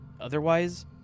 otherwise